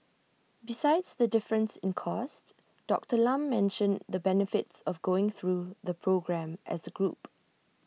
besides the difference in cost Doctor Lam mentioned the benefits of going through the programme as A group